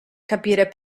capire